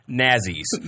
nazis